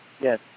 Yes